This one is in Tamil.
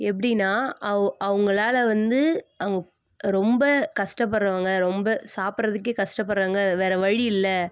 எப்படின்னா அவங்களால வந்து அவங்க ரொம்ப கஷ்டப்படுறவங்க ரொம்ப சாப்பிட்றதுக்கே கஷ்டப்படுறாங்க வேறு வழி இல்லை